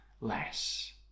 less